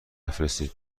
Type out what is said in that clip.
بفرستید